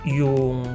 yung